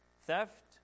theft